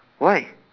why